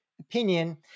opinion